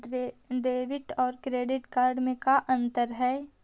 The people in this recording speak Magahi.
डेबिट और क्रेडिट कार्ड में का अंतर हइ?